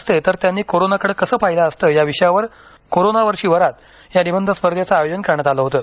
असते तर त्यांनी कोरोनाकडं कसे पहिले असते या विषयावर कोरोनावरची वरात या निबंध स्पर्धेचं आयोजन करण्यात आलं होतं